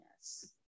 yes